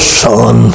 son